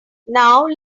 now